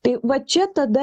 tai va čia tada